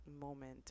moment